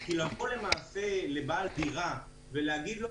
כי לבוא לבעל דירה ולהגיד לו,